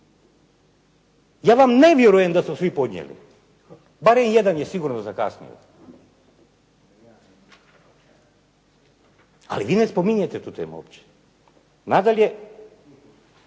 Ja vam ne vjerujem da su svi podnijeli. Barem jedan je zakasnio. Ali vi ne spominjete tu temu uopće. Nadalje,